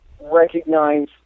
recognize